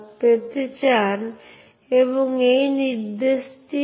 একটি হল অবজেক্টের মালিক দ্বিতীয় হল সেই গ্রুপ যার মালিক এবং তৃতীয় বা অন্য সকল ব্যবহারকারী